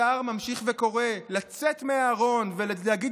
השר ממשיך וקורא לצאת מהארון ולהגיד